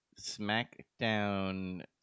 SmackDown